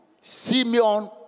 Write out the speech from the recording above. Simeon